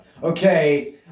Okay